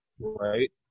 right